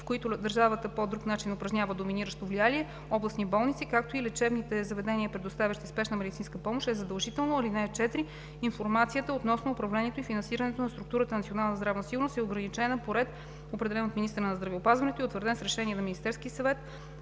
в които държавата по друг начин упражнява доминиращо влияние (областни болници), както и лечебните заведения, предоставящи спешна медицинска помощ, е задължително. (4) Информацията относно управлението и финансирането на структура „Национална здравна сигурност“ е ограничена по ред, определен от министъра на здравеопазването и утвърден с решение на Министерския съвет.